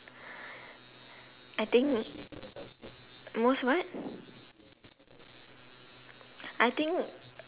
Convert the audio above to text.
I think most what I think